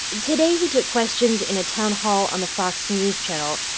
today he took questions in a town hall on the fox news channel.